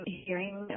hearing